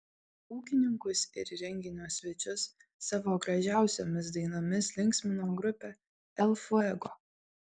ūkininkus ir renginio svečius savo gražiausiomis dainomis linksmino grupė el fuego